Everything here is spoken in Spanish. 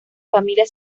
familia